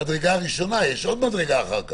המדרגה הראשונה, יש עוד מדרגה אחר כך.